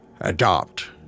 adopt